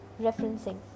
referencing